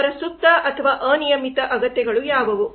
ಅವರ ಸುಪ್ತ ಅಥವಾ ಅನಿಯಮಿತ ಅಗತ್ಯತೆಗಳು ಯಾವುವು